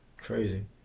Crazy